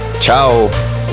Ciao